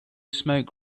smoke